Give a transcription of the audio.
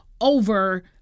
over